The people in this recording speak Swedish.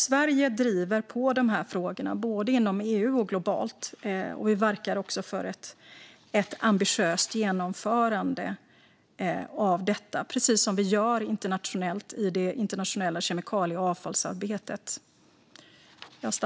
Sverige driver på dessa frågor, både inom EU och globalt. Vi verkar också för ett ambitiöst genomförande av detta, precis som vi gör i det internationella kemikalie och avfallsarbetet.